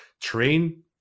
train